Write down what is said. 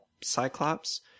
Cyclops